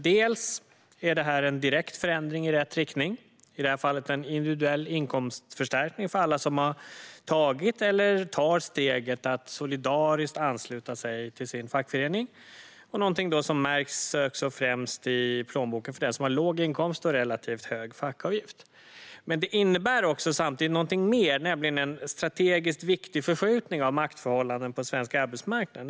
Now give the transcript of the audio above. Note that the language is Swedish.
Det är en direkt förändring i rätt riktning - i det här fallet en individuell inkomstförstärkning för alla som har tagit eller tar steget att solidariskt ansluta sig till sin fackförening, något som märks främst i plånboken för den som har låg inkomst och relativt hög fackavgift. Men samtidigt innebär det också någonting mer, nämligen en strategiskt viktig förskjutning av maktförhållandena på den svenska arbetsmarknaden.